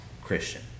Christian